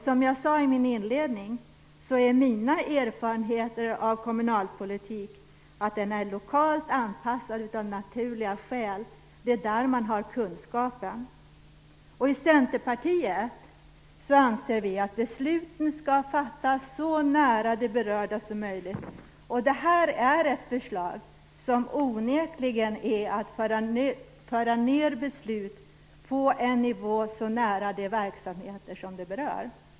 Som jag sade i min inledning är mina erfarenheter av kommunalpolitik att den är lokalt anpassad av naturliga skäl. Det är där man har kunskapen. I Centerpartiet anser vi att besluten skall fattas så nära de berörda som möjligt. Det här är ett förslag som onekligen leder till att beslut förs ned på en nivå nära de verksamheter de berör.